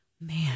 man